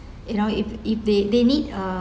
you know if if they they need uh